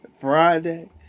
Friday